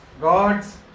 God's